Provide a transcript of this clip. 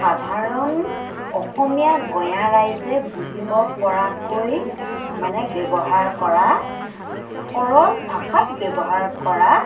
সাধাৰণ অসমীয়া গঞা ৰাইজে বুজিব পৰাকৈ মানে ব্যৱহাৰ কৰা সৰল ভাষাত ব্যৱহাৰ কৰা